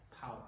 Power